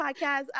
Podcast